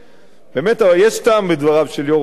יש טעם בדבריו של יושב-ראש ועדת הכספים,